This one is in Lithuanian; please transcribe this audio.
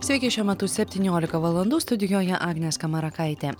sveiki šiuo metu septyniolika valandų studijoje agnė skamarakaitė